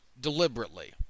deliberately